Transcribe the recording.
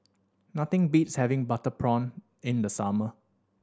nothing beats having butter prawn in the summer